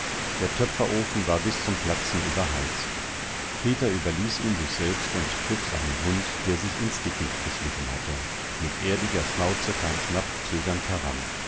der töpferofen war bis zum platzen überheizt peter überließ ihn sich selbst und pfiff seinem hund der sich ins dickicht geschlichen hatte mit erdiger schnauze kam schnapp zögernd heran